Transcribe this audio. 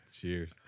Cheers